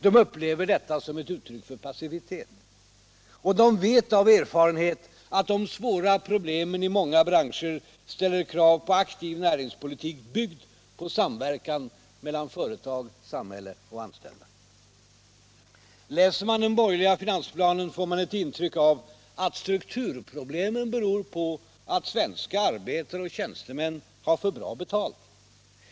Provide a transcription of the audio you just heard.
De upplever detta som ett uttryck för passivitet. Och de vet av erfarenhet att de svåra problemen i många branscher ställer krav på aktiv näringspolitik byggd på samverkan mellan företag, samhälle och anställda. Läser man den borgerliga finansplanen får man ett intryck av att strukturproblemen beror på att svenska arbetare och tjänstemän har för bra betalt.